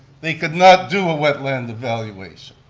they could not do a wetland evaluation.